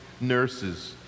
nurses